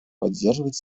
поддерживать